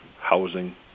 housing